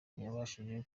ntiyabashije